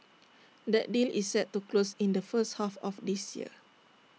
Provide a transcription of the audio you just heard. that deal is set to close in the first half of this year